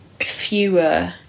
fewer